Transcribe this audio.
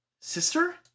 sister